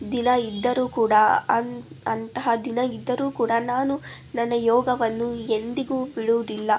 ದಿನ ಇದ್ದರೂ ಕೂಡ ಅಂತಹ ದಿನ ಇದ್ದರೂ ಕೂಡ ನಾನು ನನ್ನ ಯೋಗವನ್ನು ಎಂದಿಗೂ ಬಿಡುವುದಿಲ್ಲ